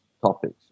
topics